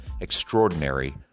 extraordinary